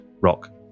rock